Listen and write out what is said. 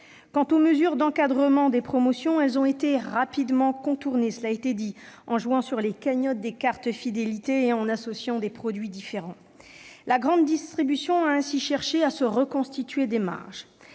Quant aux mesures d'encadrement des promotions, elles ont été rapidement contournées, en jouant sur les cagnottes des cartes fidélité et en associant des produits différents. La grande distribution a ainsi cherché à se reconstituer des marges.